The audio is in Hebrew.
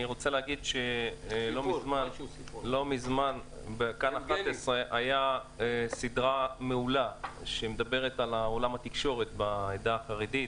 לא מזמן בכאן 11 הייתה סדרה מעולה שמדברת על עולם התקשורת בעדה החרדית.